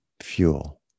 fuel